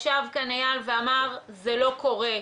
ישב כאן אייל ואמר: זה לא קורה.